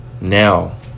now